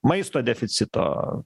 maisto deficito